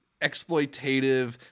exploitative